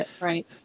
right